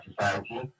society